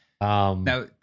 now